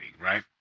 right